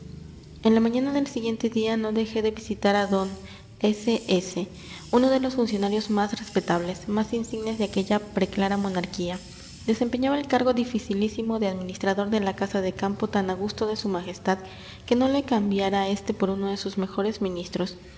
en la mañana del siguiente día no dejé de visitar a d s s uno de los funcionarios más respetables más insignes de aquella preclara monarquía desempeñaba el cargo dificilísimo de administrador de la casa de campo tan a gusto de su majestad que no le cambiara éste por uno de sus mejores ministros